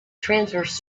transverse